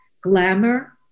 Glamour